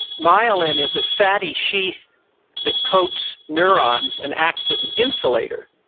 myelin is a fatty sheath that coats neurons and acts as an insulator.